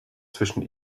zwischen